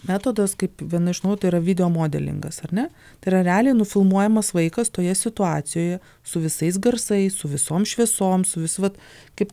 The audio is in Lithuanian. metodas kaip viena iš tai yra videomodelingas ar ne tai yra realiai nufilmuojamas vaikas toje situacijoje su visais garsais su visom šviesom su vis vat kaip